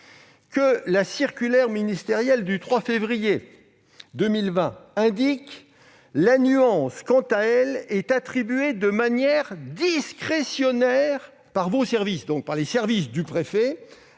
cette circulaire ministérielle du 3 février 2020 :« La nuance, quant à elle, est attribuée de manière discrétionnaire par vos services ...»- ceux du préfet